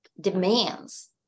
demands